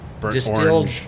distilled